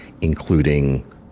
including